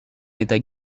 état